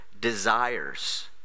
desires